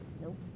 Nope